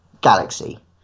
galaxy